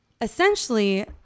essentially